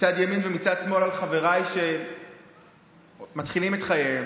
מצד ימין ומצד שמאל על חבריי שמתחילים את חייהם,